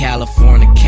California